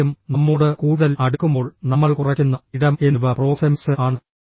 ആരെങ്കിലും നമ്മോട് കൂടുതൽ അടുക്കുമ്പോൾ നമ്മൾ കുറയ്ക്കുന്ന ഇടം എന്നിവ പ്രോക്സെമിക്സ് ആണ്